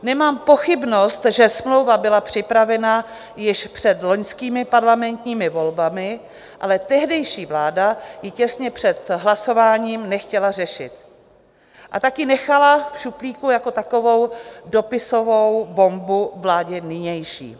Nemám pochybnost, že smlouva byla připravena již před loňskými parlamentními volbami, ale tehdejší vláda ji těsně před hlasováním nechtěla řešit, a tak ji nechala v šuplíku jako takovou dopisovou bombu vládě nynější.